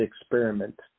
experiment